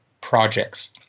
projects